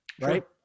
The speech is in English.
Right